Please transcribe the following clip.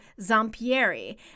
Zampieri